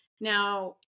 Now